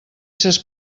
ses